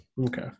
Okay